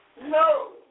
No